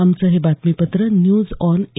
आमचं हे बातमीपत्र न्यूज ऑन ए